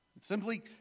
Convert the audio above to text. Simply